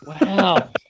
wow